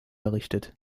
errichtet